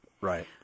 right